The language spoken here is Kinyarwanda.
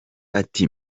ati